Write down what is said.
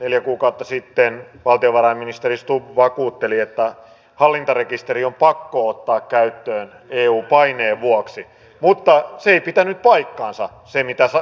neljä kuukautta sitten valtiovarainministeri stubb vakuutteli että hallintarekisteri on pakko ottaa käyttöön eu paineen vuoksi mutta se ei pitänyt paikkaansa mitä silloin väititte